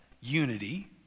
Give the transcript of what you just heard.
unity